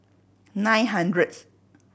nine hundredth